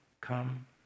come